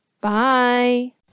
Bye